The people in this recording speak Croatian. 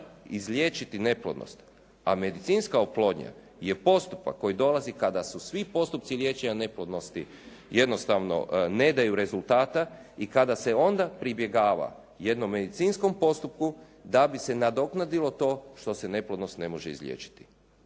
izliječiti neplodnost, a medicinska oplodnja je postupak koji dolazi kada su svi postupci liječenja neplodnosti jednostavno ne daju rezultata i kada se onda pribjegava jednom medicinskom postupku da bi se nadoknadilo to što se neplodnost ne može izliječiti.